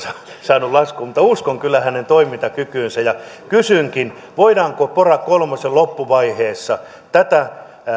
saanut laskuun mutta uskon kyllä hänen toimintakykyynsä kysynkin voidaanko pora kolmosen loppuvaiheessa tätä